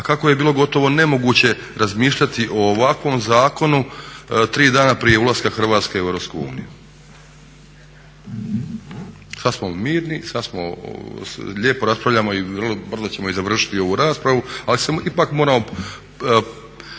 a kako je bilo gotovo nemoguće razmišljati o ovakvom zakonu tri dana prije ulaska Hrvatske u Europsku uniju. Sada smo mirni, sada lijepo raspravljamo i vrlo brzo ćemo i završiti ovu raspravu, ali samo ipak moramo